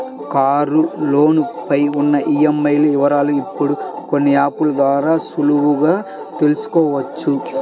కారులోను పై ఉన్న ఈఎంఐల వివరాలను ఇప్పుడు కొన్ని యాప్ ల ద్వారా సులువుగా తెల్సుకోవచ్చు